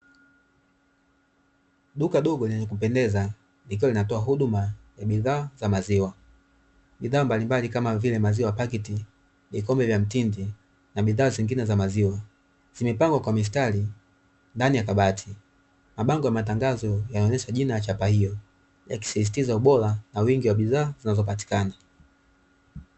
Duka dogo lenye kupendeza likiwa linatoa huduma ya bidhaa za maziwa. Bidhaa mbalimbali kama vile maziwa ya paketi, vikombe vya mtindi, na bidhaa zingine za maziwa zimepangwa kwa mistari ndani ya kabati. Mabango ya matangazo yanaonyesha jina ya chapa hiyo yakisisitiza ubora na wingi wa bidhaa zinazopatikana.